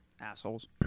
assholes